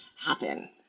happen